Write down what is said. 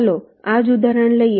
ચાલો આ જ ઉદાહરણ લઈએ